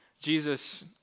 Jesus